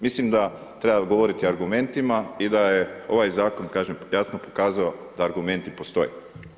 Mislim da treba govoriti argumentima i da je ovaj zakon jasno pokazao da argumenti postoje.